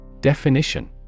Definition